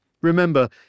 Remember